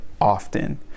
often